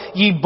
Ye